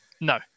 no